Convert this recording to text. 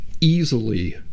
easily